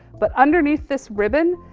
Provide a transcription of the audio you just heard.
but underneath this ribbon,